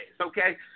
okay